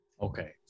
Okay